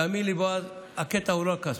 תאמין לי, בועז, הקטע הוא לא רק כספי.